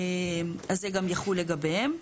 אז זה גם יחול לגביהם.